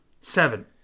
Seven